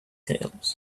tales